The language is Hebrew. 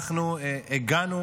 אנחנו הגענו